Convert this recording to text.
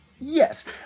Yes